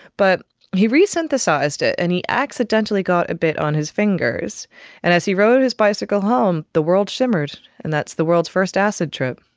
but he resynthesised it, and he accidentally got a bit on his fingers, and as he rode his bicycle home, the world shimmered. and that's the world's first acid trip.